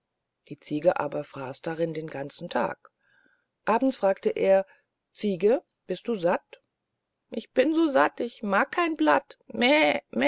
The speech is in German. die ziege aber fraß darin den ganzen tag abends fragte er ziege bist du satt ich bin so satt ich mag kein blatt meh